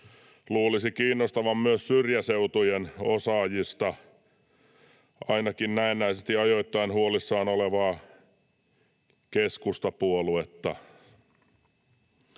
Luulisi kiinnostavan myös syrjäseutujen osaajista ainakin näennäisesti ajoittain huolissaan olevaa keskustapuoluetta.